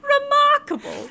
remarkable